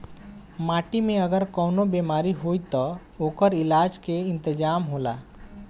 माटी में अगर कवनो बेमारी होई त ओकर इलाज के इंतजाम होला